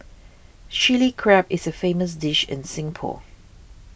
Chilli Crab is a famous dish in Singapore